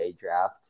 draft